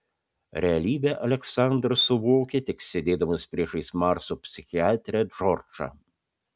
realybę aleksandras suvokė tik sėdėdamas priešais marso psichiatrę džordžą